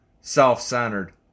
self-centered